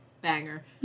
Banger